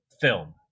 film